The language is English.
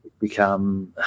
become